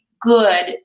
good